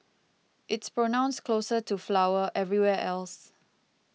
it's pronounced closer to 'flower' everywhere else